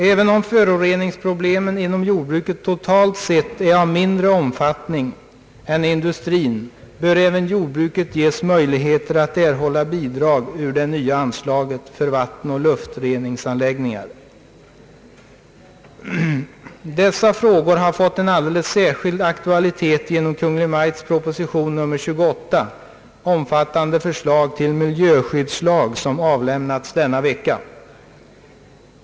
Även om föroreningsproblemen inom jordbruket totalt sett är av mindre omfattning än inom industrin, bör också jordbruket ges möjligheter att erhålla bidrag ur det nya anslaget för vattenoch = luftreningsanläggningar. Dessa frågor har fått en alldeles särskild aktualitet genom Kungl. Maj:ts proposition nr 28, omfattande förslag till miljöskyddslag, som avlämnats denna vecka.